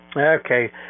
Okay